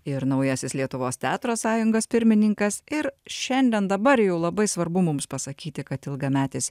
ir naujasis lietuvos teatro sąjungos pirmininkas ir šiandien dabar jau labai svarbu mums pasakyti kad ilgametis